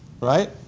right